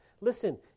Listen